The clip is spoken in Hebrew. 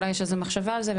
אולי יש איזו מחשבה על זה.